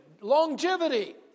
longevity